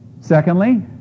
Secondly